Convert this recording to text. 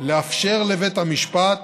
לאפשר לבית המשפט